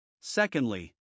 Secondly